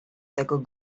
tego